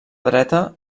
dreta